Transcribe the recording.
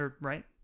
right